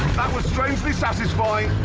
was strangely satisfying.